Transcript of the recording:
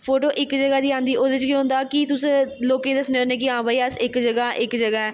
फोटू इक ज'गा दी औंदी ओह्दे च केह् होंदा कि तुस लोकें गी दस्सने होन्नें कि हां भाई अस इक ज'गा इक ज'गा ऐं